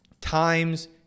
times